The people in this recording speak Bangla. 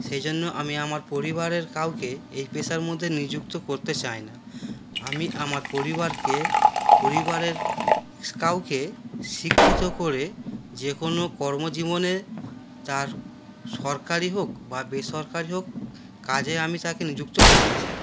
সেই জন্য আমি আমার পরিবারের কাউকে এই পেশার মধ্যে নিযুক্ত করতে চাই না আমি আমার পরিবারকে পরিবারের কাউকে শিক্ষিত করে যে কোনো কর্মজীবনে তার সরকারি হোক বা বেসরকারি হোক কাজে আমি তাকে নিযুক্ত করতে চাই